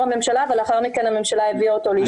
הממשלה והממשלה הביאה אותו לאישור בכנסת.